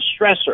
stressor